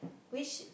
which